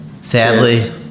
Sadly